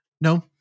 No